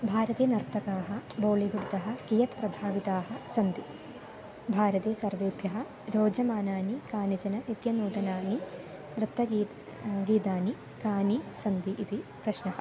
भारते नर्तकाः बोलिवुड्तः कियत् प्रभाविताः सन्ति भारते सर्वेभ्यः रोचमानानि कानिचन नित्यनूतनानि नृत्तगीतानि गीतानि कानि सन्ति इति प्रश्नः